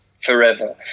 forever